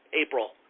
April